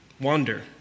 wander